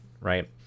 right